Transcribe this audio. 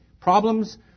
Problems